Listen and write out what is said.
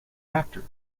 actors